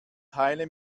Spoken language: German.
teile